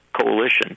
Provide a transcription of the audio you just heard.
coalition